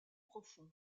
profond